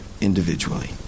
individually